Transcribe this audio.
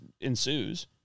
ensues